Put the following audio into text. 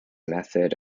method